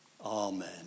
Amen